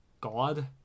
God